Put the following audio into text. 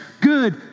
good